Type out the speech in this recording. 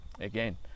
again